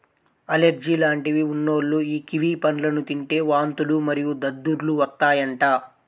allergy లాంటివి ఉన్నోల్లు యీ కివి పండ్లను తింటే వాంతులు మరియు దద్దుర్లు వత్తాయంట